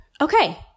Okay